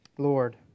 Lord